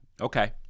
Okay